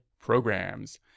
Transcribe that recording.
Programs